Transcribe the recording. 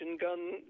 gun